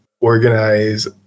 organize